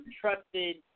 trusted